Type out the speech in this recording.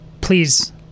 please